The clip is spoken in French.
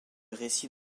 récit